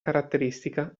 caratteristica